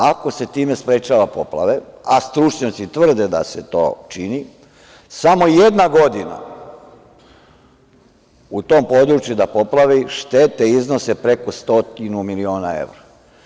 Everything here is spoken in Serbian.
Ako, se time sprečavaju poplave, a stručnjaci tvrde da se to čini, samo jedne godine u tom području da poplavi, štete iznose preko 100 miliona evra.